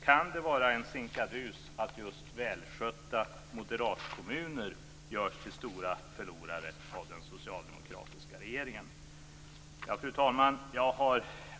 Kan det vara en sinkadus att just välskötta moderatstyrda kommuner görs till stora förlorare av den socialdemokratiska regeringen? Fru talman!